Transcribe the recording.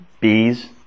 bees